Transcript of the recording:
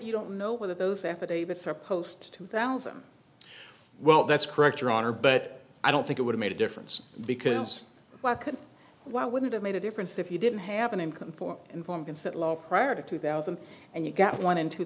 you don't know whether those affidavits are post two thousand well that's correct your honor but i don't think it would've made a difference because why would it have made a difference if you didn't have an income for informed consent law prior to two thousand and you got one in two